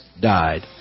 died